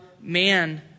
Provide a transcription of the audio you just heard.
man